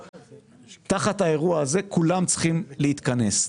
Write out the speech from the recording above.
תחת האירוע פה כולם צריכים להתכנס,